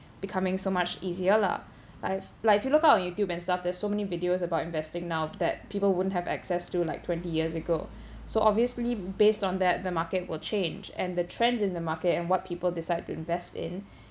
becoming so much easier lah I've like if you look out on YouTube and stuff there's so many videos about investing now that people wouldn't have access to like twenty years ago so obviously based on that the market will change and the trends in the market and what people decide to invest in